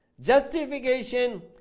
justification